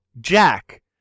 Jack